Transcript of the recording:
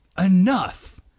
enough